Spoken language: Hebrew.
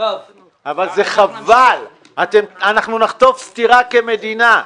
אבל זה חבל, אנחנו נחטוף סטירה כמדינה.